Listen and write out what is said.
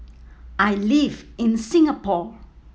I live in Singapore